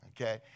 okay